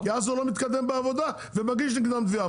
כי אז הוא לא מתקדם בעבודה ומגיש נגדם תביעה.